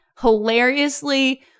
hilariously